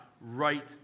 right